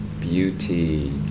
beauty